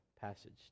passage